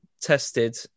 tested